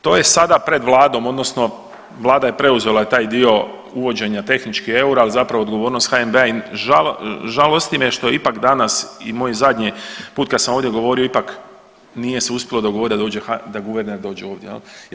To je sada pred vladom odnosno vlada je preuzela taj dio uvođenja tehnički eura, al zapravo odgovornost HNB-a i žalosti me što ipak danas i moj zadnji put kad sam ovdje govorio ipak nije se uspjelo dogovorit da dođe, da guverner dođe ovdje jel.